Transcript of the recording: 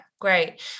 Great